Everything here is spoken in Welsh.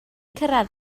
cyrraedd